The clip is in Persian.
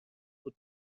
خود